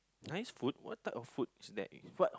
nice food what type of food is that what